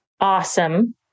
Awesome